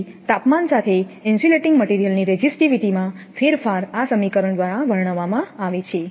તેથી તાપમાન સાથે ઇન્સ્યુલેટીંગ મટિરિયલની રેઝિસ્ટિવિટીમાં ફેરફાર આ સમીકરણ દ્વારા વર્ણવવામાં આવે છે